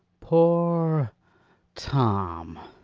poor tom!